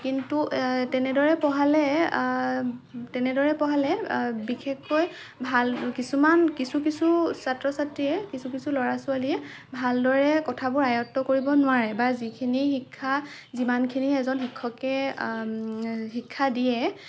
কিন্তু তেনেদৰে পঢ়ালে তেনেদৰে পঢ়ালে বিশেষকৈ ভাল কিছুমান কিছু কিছু ছাত্ৰ ছাত্ৰীয়ে কিছু কিছু ল'ৰা ছোৱালীয়ে ভালদৰে কথাবোৰ আয়ত্ত কৰিব নোৱাৰে বা যিখিনি শিক্ষা যিমানখিনি এজন শিক্ষকে শিক্ষা দিয়ে